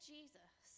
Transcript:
Jesus